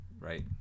Right